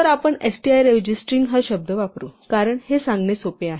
तर आपण str ऐवजी स्ट्रिंग हा शब्द वापरू कारण हे सांगणे सोपे आहे